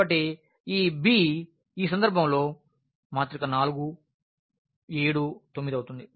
కాబట్టి ఈ b ఈ సందర్భంలో 4 7 9 అవుతుంది